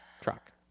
truck